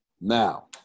Now